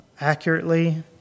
accurately